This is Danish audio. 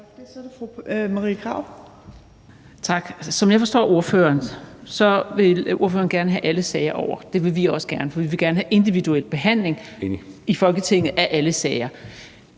Som jeg forstår ordføreren, vil ordføreren gerne have alle sager over. Det vil vi også gerne, for vi vil gerne have individuel behandling i Folketinget af alle sager.